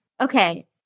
Okay